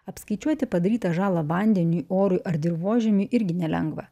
apskaičiuoti padarytą žalą vandeniui orui ar dirvožemiui irgi nelengva